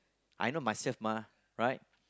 I know myself mah right